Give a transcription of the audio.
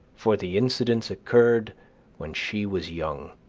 for the incidents occurred when she was young.